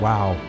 Wow